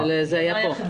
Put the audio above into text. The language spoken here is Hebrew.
בסדר, אבל זה היה פה.